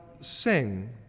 sing